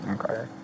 Okay